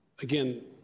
again